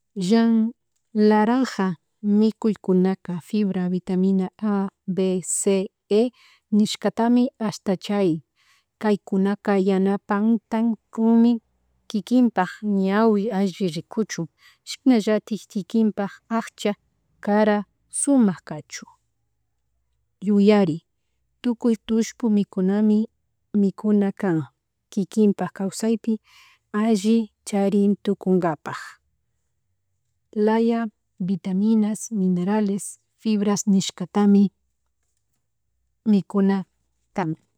Llan naranja mikuykunaka fibra, vitmaina, A, B, C, E, nishkatami ashta charin kaykunana yanapantan kunmi kinkinpak ñawi alli ricunchun shinallatik, kikinpak akcha cara sumak kachun, yuyari tukuy tullpu mikunami mikuna kan kikinpak kawsaypi alli charintunkunkapak, laya vitaminas minerales, fibras, nishkatami, mikuna kan